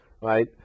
right